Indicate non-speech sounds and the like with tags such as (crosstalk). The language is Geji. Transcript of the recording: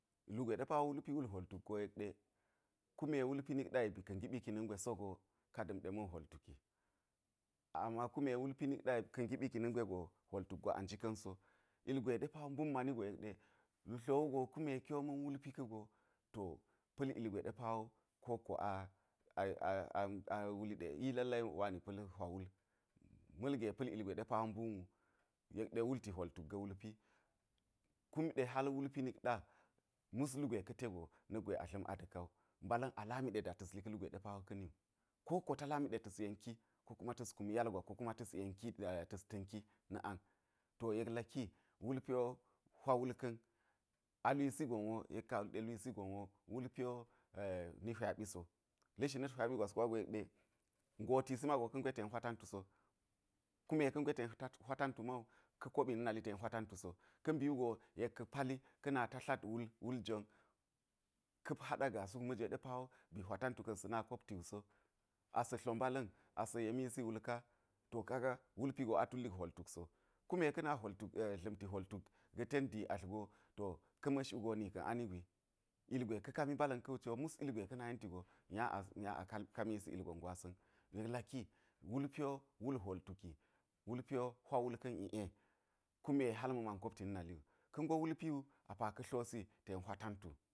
Lugwe wulpi tulli hwol tuk go yekɗe, kume wulpi nikɗa yek ba̱ka̱ ngiɓi na̱ nge sogos ka da̱n ɗe ma̱n hwol tuk. Ama kume wulpi nikɗa yek ka̱ ngiɓi na̱ nge go hwol tuk gwa a njika̱n so. Ilgwe ɗe pa mbun mani go yekɗe, lu tlo wu go kume kiwo ma̱n wulpi ke ki go, pa̱l ilgwe ɗe kokko (hesitation) a wuli ɗe i lalai wani pa̱l hwa wul, ma̱lge pa̱l ilgwe ɗe pa wo mbun wu, yekɗe wulti hwol tuk ga̱ wulpi. Kume hak wulpi nikɗa mus lugwe go na̱kgwe a dla̱m a da̱ka wu, mbala̱n a lami ɗe li ka̱lu gwe ɗe pawa ka̱ niwu. Kokko a lami ɗe ta̱s kum yal gwa ko ta̱s ta̱nki (hesitation) ta̱s yenki. To yek laki wulpi wo hwa wul ka̱n. A lwisi gon wo yek ka wulu (hesitation) ni hwaɓi so. La̱shi na̱t hwaɓi gwas yekɗe, ngotisi mago ka̱ nge ten hw tantu so. Kume nge ten hwa tantu mawu ka̱ koɓi na̱ nali ten hwa tantu so. Ka̱ mbi wu yek ka̱ pali ka̱ na̱ma ta tlak wul wuljon. Ka̱ haɗa gaa suk ma̱jwe ɗe pa wo ba̱ hwa tantu ka̱n sa̱ kopti wu so, asa̱ tlo mbala̱n asa̱ yemisi wul ka. To kaga wulpi gwa tullik hwol tuk so. Kume ka̱ na hwol tul (hesitation) dla̱mti hwol tuk ga̱ ten dii atl go kume ka̱ ma̱sh wu go nuka̱n ani gwi. Ilgwe ka̱ kami mbala̱n ka̱ co mas ilgwe ka̱ na̱ma yenti go, nya a nya a kamisi ilgon gwasa̱n. Yek laki wulpi wo wul howl tuki, wulpi wo hwa wul ka̱n ie kume hal ma̱ man kopti na̱ nali wu. Ka̱ ngo wulpi wu aka̱ tlosi ten hwa tantu.